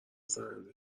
زننده